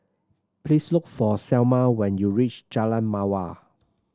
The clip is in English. please look for Selmer when you reach Jalan Mawar